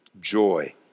joy